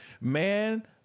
man